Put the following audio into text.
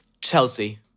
Chelsea